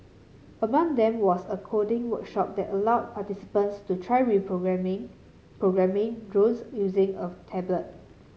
among them was a coding workshop that allowed participants to try programming programming drones using a tablet